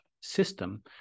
system